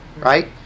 right